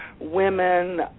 women